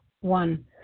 One